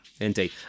indeed